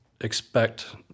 expect